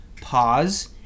pause